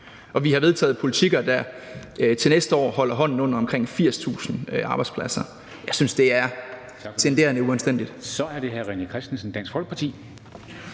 og vi har vedtaget politikker, der til næste år holder hånden under omkring 80.000 arbejdspladser. Jeg synes, det tangerer at være uanstændigt. Kl. 09:16 Formanden (Henrik